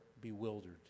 bewildered